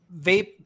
vape